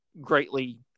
greatly